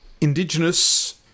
Indigenous